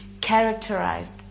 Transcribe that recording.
characterized